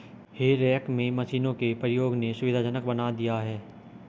हे रेक में मशीनों के प्रयोग ने सुविधाजनक बना दिया है